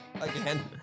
again